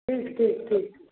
ठीक ठीक ठीक